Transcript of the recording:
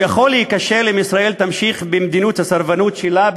הוא יכול להיכשל אם ישראל תמשיך במדיניות הסרבנות שלה,